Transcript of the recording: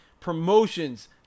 promotions